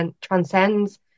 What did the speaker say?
transcends